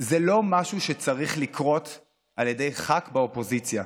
זה לא משהו שצריך לקרות על ידי ח"כ באופוזיציה.